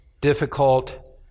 difficult